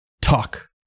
talk